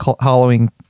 Halloween